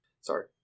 Sorry